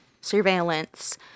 surveillance